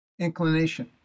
inclination